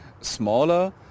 smaller